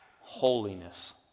holiness